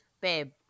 babe